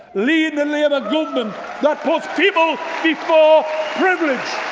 leading the labour government that puts people before privilege!